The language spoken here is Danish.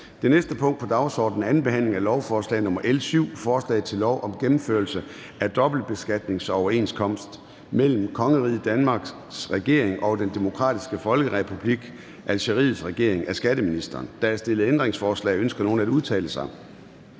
Det næste punkt på dagsordenen er: 7) 2. behandling af lovforslag nr. L 7: Forslag til lov om gennemførelse af dobbeltbeskatningsoverenskomst mellem Kongeriget Danmarks regering og Den Demokratiske Folkerepublik Algeriets regering. Af skatteministeren (Jeppe Bruus). (Fremsættelse